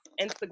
Instagram